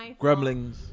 Gremlins